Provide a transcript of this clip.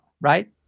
right